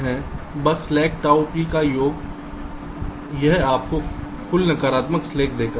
बस slack tau P का योग यह आपको कुल नकारात्मक स्लैक देगा